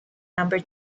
number